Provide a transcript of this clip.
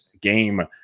game